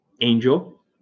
Angel